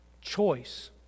choice